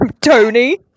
Tony